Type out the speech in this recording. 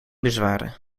bezwaren